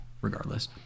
regardless